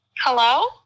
Hello